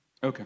Okay